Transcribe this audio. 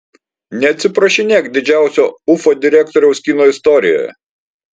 neatsiprašinėk didžiausio ufa direktoriaus kino istorijoje